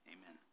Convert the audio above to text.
Amen